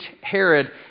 Herod